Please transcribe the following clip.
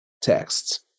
texts